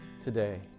today